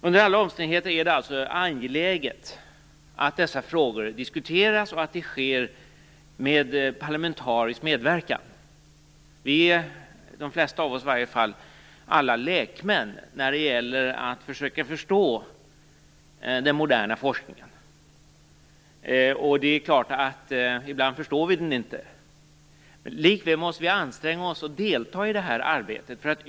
Under alla omständigheter är det alltså angeläget att dessa frågor diskuteras och att det sker med parlamentarisk medverkan. De flesta av oss är lekmän när det gäller att försöka förstå den moderna forskningen. Ibland förstår vi den inte. Likväl måste vi anstränga oss och delta i det här arbetet.